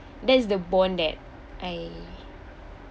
that's the bond that I